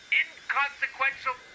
inconsequential